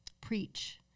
preach